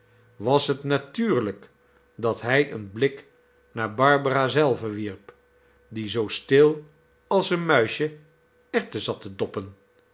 was het natuurlijk dat hij een blik naar barbara zelve wierp die zoo stil als een muisje erwten zat te doppen